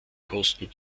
kosten